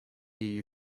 you